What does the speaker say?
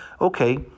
Okay